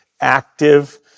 active